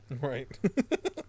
right